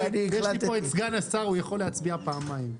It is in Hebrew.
פה סגן השר, הוא יכול להצביע פעמיים.